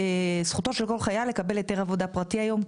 זכותו של כל חייל לקבל היתר עבודה פרטי היום.